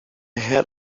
had